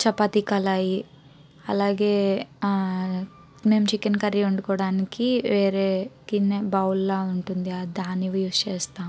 చపాతి కళాయి అలాగే మేము చికెన్ కర్రీ వండుకోవడానికి వేరే గిన్నె బౌల్లా ఉంటుంది దాన్ని యూజ్ చేస్తాము